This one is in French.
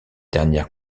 dernière